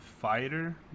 fighter